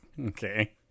Okay